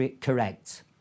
correct